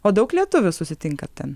o daug lietuvių susitinkat ten